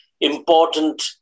important